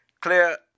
clear